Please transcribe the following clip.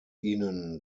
ihnen